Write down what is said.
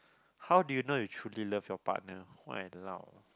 how do you know you truly love your partner walao